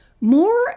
more